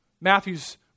Matthew's